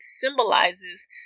symbolizes